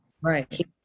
Right